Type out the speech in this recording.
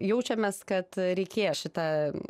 jaučiamės kad reikėjo šitą